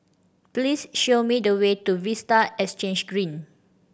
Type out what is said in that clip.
please show me the way to Vista Exhange Green